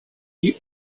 you